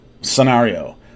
scenario